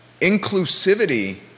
inclusivity